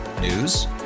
News